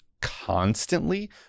constantly